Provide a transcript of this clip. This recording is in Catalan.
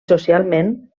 socialment